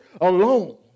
alone